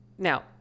Now